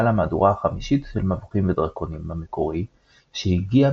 היה למהדורה החמישית של מבוכים ודרקונים המקורי שהגיעה